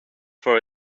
for